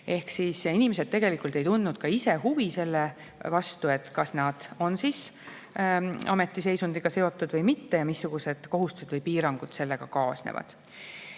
Ehk siis inimesed tegelikult ei tundnud ka ise huvi selle vastu, kas nad on ametiseisundiga seotud või mitte ja missugused kohustused või piirangud sellega kaasnevad.